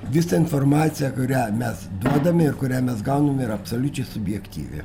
visa informacija kurią mes duodame ir kurią mes gauname yra absoliučiai subjektyvi